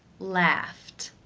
laughed.